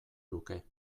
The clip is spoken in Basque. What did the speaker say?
luke